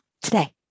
Today